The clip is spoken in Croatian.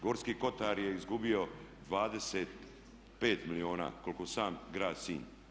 Gorski kotar je izgubio 25 milijuna koliko sam grad Sinj.